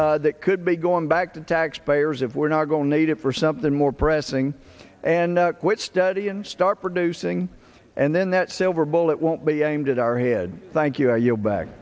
money that could be going back to taxpayers if we're not going to need it for something more pressing and which study and start producing and then that silver bullet won't be aimed at our head thank you you know back